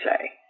say